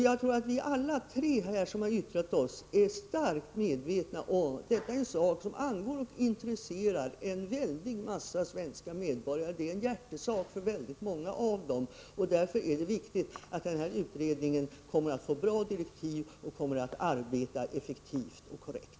Jag tror att vi alla tre som har yttrat oss här är starkt medvetna om att detta är en sak som angår och intresserar en mängd svenska medborgare, att det är en hjärtesak för många av dem. Därför är det viktigt att utredningen får bra direktiv och att den kommer att kunna arbeta effektivt och korrekt.